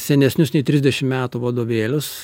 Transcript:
senesnius nei trisdešim metų vadovėlius